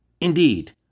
Indeed